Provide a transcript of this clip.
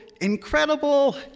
incredible